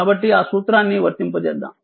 కాబట్టి ఆ సూత్రాన్ని వర్తింపజేద్దాం